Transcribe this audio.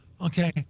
okay